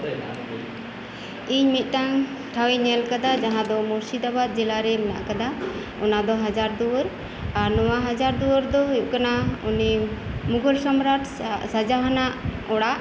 ᱤᱧ ᱢᱤᱫᱴᱟᱝ ᱴᱷᱟᱶ ᱤᱧ ᱧᱮᱞ ᱟᱠᱟᱫᱟ ᱚᱱᱟᱫᱚ ᱢᱩᱨᱥᱤ ᱫᱟᱵᱟᱫ ᱡᱮᱞᱟᱨᱮ ᱢᱮᱱᱟᱜ ᱟᱠᱟᱫᱟ ᱚᱱᱟᱫᱚ ᱦᱟᱡᱟᱨ ᱫᱩᱣᱟᱹᱨ ᱟᱨ ᱱᱚᱣᱟ ᱦᱟᱡᱟᱨ ᱫᱩᱣᱟᱹᱨ ᱫᱚ ᱦᱩᱭᱩᱜ ᱠᱟᱱᱟ ᱩᱱᱤ ᱢᱩᱜᱷᱚᱞ ᱥᱚᱢᱨᱟᱴ ᱥᱟᱡᱟᱦᱟᱱ ᱚᱲᱟᱜ